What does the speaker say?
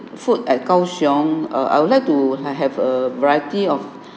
food at kao siong err I would like to have a variety of